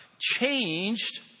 changed